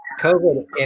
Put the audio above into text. COVID